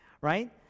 right